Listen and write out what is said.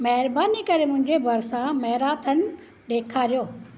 महिरबानी करे मुंहिंजे भरिसां मैराथन ॾेखारियो